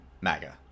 MAGA